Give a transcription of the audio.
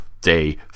day